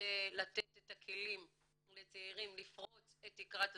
כדי לתת את הכלים לצעירים לפרוץ את תקרת הזכוכית.